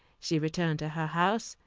she returned to her house,